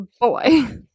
boy